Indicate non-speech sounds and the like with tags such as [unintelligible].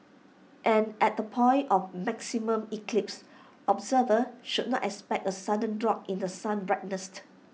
and at the point of maximum eclipse observers should not expect A sudden drop in the sun's [unintelligible]